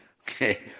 Okay